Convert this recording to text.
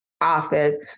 office